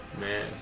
Man